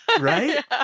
right